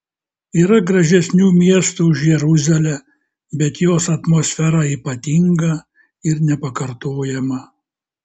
yra gražesnių miestų už jeruzalę bet jos atmosfera ypatinga ir nepakartojama